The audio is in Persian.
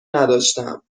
نداشتم